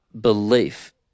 belief